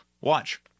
Watch